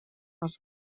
els